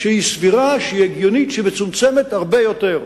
שהיא סבירה, שהיא הגיונית, שמצומצמת הרבה יותר.